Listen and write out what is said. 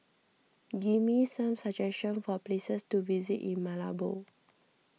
give me some suggestions for places to visit in Malabo